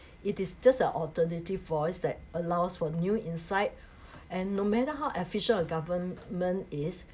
it is just a alternative voice that allows for new insight and no matter how efficient our government is